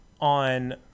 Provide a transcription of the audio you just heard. on